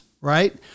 right